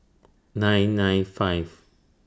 nine nine five